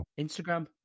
Instagram